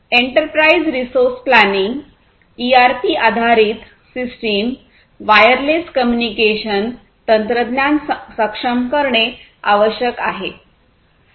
enterprise resource planning ERP आधारित system wireless communication तंत्रज्ञान सक्षम करणे आवश्यक आहे